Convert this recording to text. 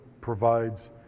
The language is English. provides